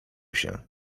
się